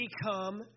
become